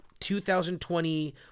2020